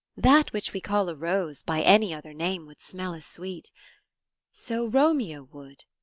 that which we call a rose by any other name would smell as sweet so romeo would,